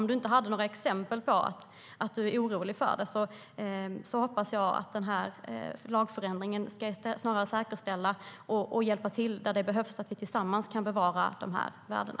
Om du inte hade några exempel på att du är orolig för det, Ola Johansson, hoppas jag att lagförändringen snarare ska säkerställa och hjälpa till, där det behövs, så att vi tillsammans kan bevara de här värdena.